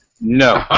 No